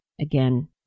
again